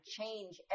change